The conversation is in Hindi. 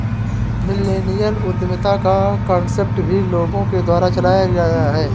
मिल्लेनियल उद्यमिता का कान्सेप्ट भी लोगों के द्वारा चलाया गया है